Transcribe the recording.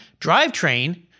drivetrain